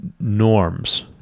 norms